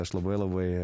aš labai labai